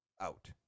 out